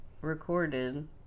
recorded